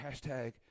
hashtag